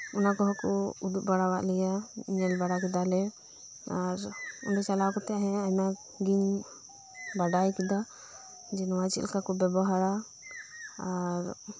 ᱚᱱᱟ ᱠᱚᱦᱚᱸᱠᱩ ᱩᱫᱩᱜ ᱵᱟᱲᱟᱣᱟᱜ ᱞᱮᱭᱟ ᱧᱮᱞ ᱵᱟᱲᱟ ᱠᱮᱫᱟ ᱞᱮ ᱚᱸᱰᱮ ᱪᱟᱞᱟᱣ ᱠᱟᱛᱮᱜ ᱮᱱᱮᱜᱤᱧ ᱵᱟᱰᱟᱭ ᱠᱮᱫᱟ ᱡᱮ ᱱᱚᱣᱟ ᱪᱮᱫᱞᱮᱠᱟᱠᱩ ᱵᱮᱵᱚᱦᱟᱨᱟ ᱟᱨ